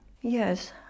Yes